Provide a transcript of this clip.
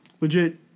legit